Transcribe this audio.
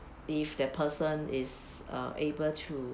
if that person is err able to